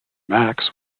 max